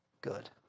good